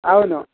అవును